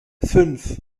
fünf